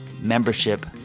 membership